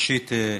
ראשית,